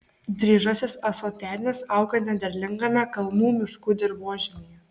dryžasis ąsotenis auga nederlingame kalnų miškų dirvožemyje